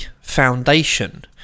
foundation